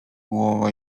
głowa